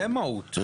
זה מהותי.